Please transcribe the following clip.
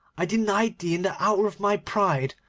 i denied thee in the hour of my pride.